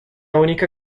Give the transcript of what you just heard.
única